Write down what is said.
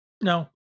No